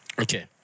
Okay